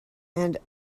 and